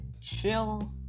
chill